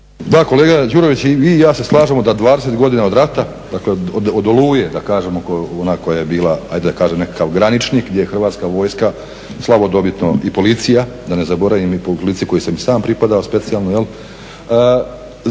Da kolega Đurović i vi i ja se slažemo da 20 godina od rata, dakle od Oluje da kažemo ona koja je bila hajde da kažem nekakav graničnik gdje je Hrvatska vojska slavodobitno i policija, da ne zaboravim i policiju kojoj sam i sam pripadao specijalnu